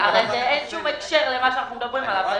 אבל אין שום קשר למה שאנחנו מדברים עליו.